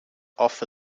offer